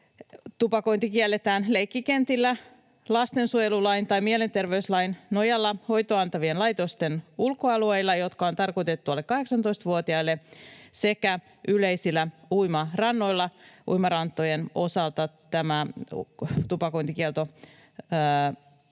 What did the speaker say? tupakointi kielletään leikkikentillä, lastensuojelulain tai mielenterveyslain nojalla hoitoa antavien laitosten ulkoalueilla, jotka on tarkoitettu alle 18-vuotiaille, sekä yleisillä uimarannoilla. Uimarantojen osalta tämä tupakointikielto